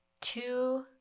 two